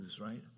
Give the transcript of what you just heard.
Right